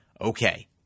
Okay